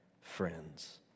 Friends